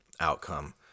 outcome